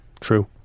true